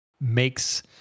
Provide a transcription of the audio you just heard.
makes